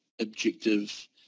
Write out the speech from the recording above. objective